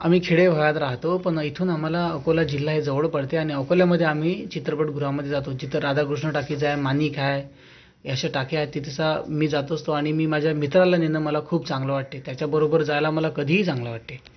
आम्ही खेडे भागात राहतो पण इथून आम्हाला अकोला जिल्हा हे जवळ पडते आणि अकोल्यामध्ये आम्ही चित्रपटगृहामध्ये जातो जिथं राधाकृष्ण टाकीज हाय माणिक हाय या अशा टाक्या आहेत ती तसा मी जात असतो आणि मी माझ्या मित्राला नेणं मला खूप चांगलं वाटते त्याच्या बरोबर जायला मला कधीही चांगलं वाटते